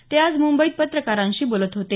ते आज मुंबईत पत्रकारांशी बोलत होते